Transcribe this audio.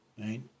right